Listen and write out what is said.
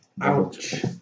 Ouch